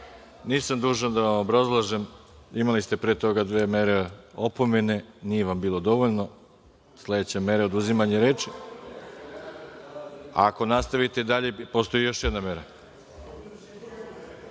Nisam dužan da vam obrazlažem. Imali ste pre toga dve mere opomene, nije vam bilo dovoljno. Sledeća mera je oduzimanje reči. Ako nastavite dalje, postoji još jedna mera. Reč